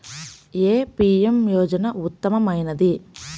ఏ PM యోజన ఉత్తమమైనది?